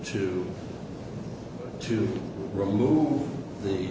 to to remove the